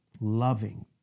loving